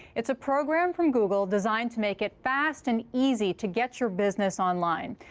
it's a program from google designed to make it fast and easy to get your business online.